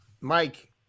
Mike